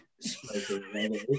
smoking